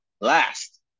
Last